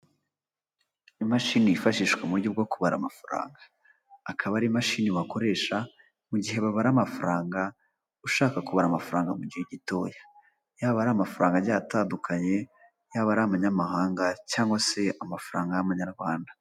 Imashini yifashishwa mu uburyo bwo kubara amafaranga akaba ari imashini bakoresha mu gihe babara amafaranga ushaka kubara amafaranga mu gihe gitoya yaba ari amafarangagera atandukanye yaba ari abanyamahanga cyangwa se amafaranga y'Amanyarwanda.